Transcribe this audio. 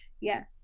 Yes